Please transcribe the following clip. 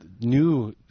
new